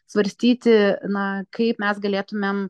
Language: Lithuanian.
svarstyti na kaip mes galėtumėm